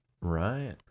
Right